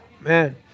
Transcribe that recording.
man